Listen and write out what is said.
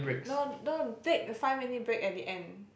no don't take five minute break at the end